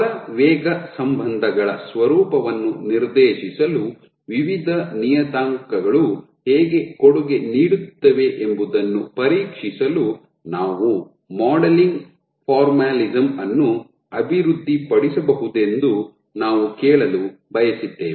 ಬಲ ವೇಗ ಸಂಬಂಧಗಳ ಸ್ವರೂಪವನ್ನು ನಿರ್ದೇಶಿಸಲು ವಿವಿಧ ನಿಯತಾಂಕಗಳು ಹೇಗೆ ಕೊಡುಗೆ ನೀಡುತ್ತವೆ ಎಂಬುದನ್ನು ಪರೀಕ್ಷಿಸಲು ನಾವು ಮಾಡೆಲಿಂಗ್ ಫಾರ್ಮಲಿಸ್ಮ್ ಅನ್ನು ಅಭಿವೃದ್ಧಿಪಡಿಸಬಹುದೆಂದು ನಾವು ಕೇಳಲು ಬಯಸಿದ್ದೇವೆ